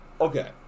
Okay